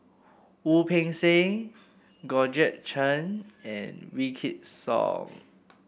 Wu Peng Seng Georgette Chen and Wykidd Song